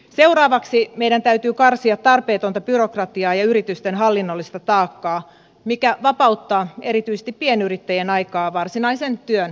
seuraavaksi meidän täytyy karsia tarpeetonta byrokratiaa ja yritysten hallinnollista taakkaa mikä vapauttaa erityisesti pienyrittäjien aikaa varsinaisen työn tekemiseen